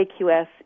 AQS